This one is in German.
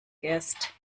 gerst